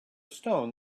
stone